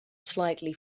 slightly